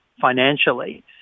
financially